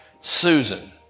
Susan